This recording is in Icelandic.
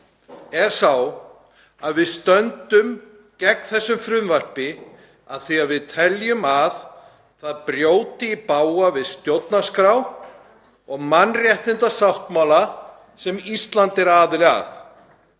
er sá að við stöndum gegn þessu frumvarpi af því að við teljum að það brjóti í bága við stjórnarskrá og mannréttindasáttmála sem Ísland er aðili að.